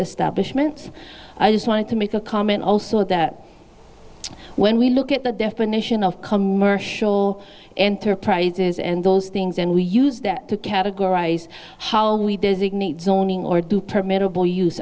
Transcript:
establishment i just wanted to make a comment also that when we look at the definition of commercial enterprises and those things and we use that to categorize how we designate zoning or do permit noble use